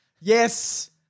Yes